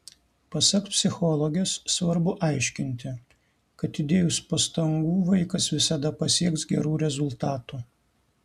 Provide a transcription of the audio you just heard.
pasak psichologės svarbu aiškinti kad įdėjus pastangų vaikas visada pasieks gerų rezultatų